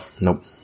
nope